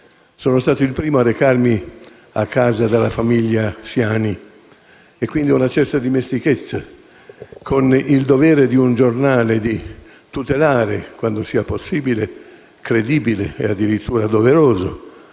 Sono stato il primo a recarmi a casa della famiglia Siani e quindi ho una certa dimestichezza con il dovere di un giornale di tutelare e, quando sia possibile, credibile e addirittura doveroso,